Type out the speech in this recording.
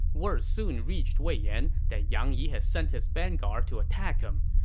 word soon reached wei yan that yang yi had sent his vanguard to attack him.